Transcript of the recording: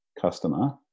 customer